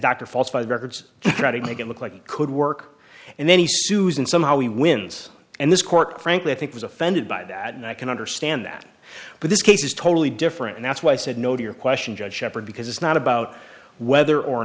doctor falsified records try to make it look like could work and then he sues and somehow he wins and this court frankly i think was offended by that and i can understand that but this case is totally different and that's why i said no to your question judge shepard because it's not about whether or